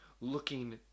looking